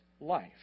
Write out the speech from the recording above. life